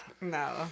No